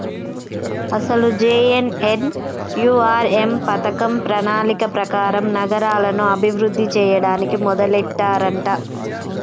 అసలు జె.ఎన్.ఎన్.యు.ఆర్.ఎం పథకం ప్రణాళిక ప్రకారం నగరాలను అభివృద్ధి చేయడానికి మొదలెట్టారంట